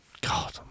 god